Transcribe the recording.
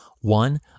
One